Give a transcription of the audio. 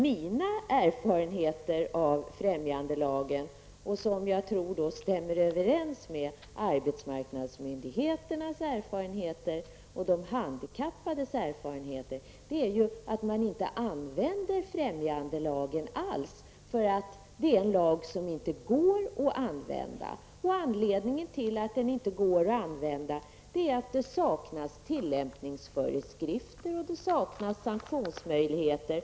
Mina erfarenheter av främjandelagen, som jag tror stämmer överens med arbetsmarknadsmyndigheternas och de handikappades erfarenheter, är att främjandelagen inte används alls, eftersom det inte går att använda den lagen. Anledningen är att det saknas tillämpningsföreskrifter och sanktionsmöjligheter.